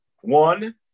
One